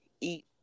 eat